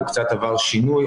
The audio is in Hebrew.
הוא קצת עבר שינוי,